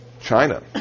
China